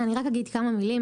אני רק אגיד כמה מילים.